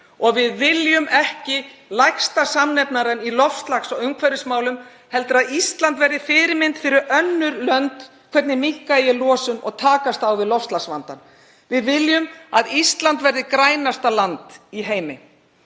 Við viljum ekki lægsta samnefnarann í loftslags- og umhverfismálum heldur að Ísland verði fyrirmynd fyrir önnur lönd um það hvernig minnka eigi losun og takast á við loftslagsvandann. Við viljum að Ísland verði grænasta land í heimi.